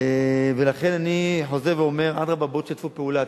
ולכן אני חוזר ואומר: אדרבה, בואו תשתפו פעולה.